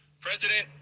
President